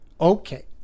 Okay